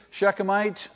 Shechemite